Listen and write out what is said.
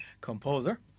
composer